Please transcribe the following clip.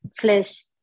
flesh